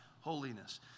holiness